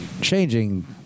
Changing